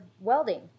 welding